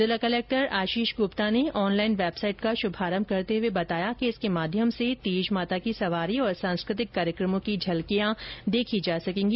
जिला कलेक्टर आशीष गुप्ता ने online website का शुभारंभ करते हुए बताया कि इसके माध्यम से तीज माता की सवारी और सांस्कृतिक कार्यक्रमों की झलकियां देखी जा सकेंगी